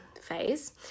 phase